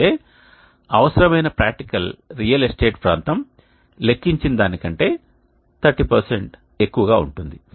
అయితే అవసరమైన practical real estate ప్రాంతం లెక్కించిన దానికంటే 30 ఎక్కువగా ఉంటుంది